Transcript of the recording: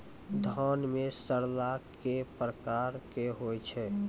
धान म सड़ना कै प्रकार के होय छै?